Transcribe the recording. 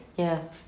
ya